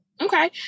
Okay